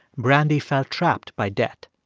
brandy felt trapped by debt.